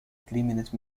crímenes